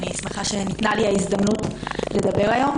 אני שמחה שניתנה לי ההזדמנות לדבר היום